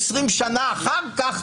20 שנה אחר כך,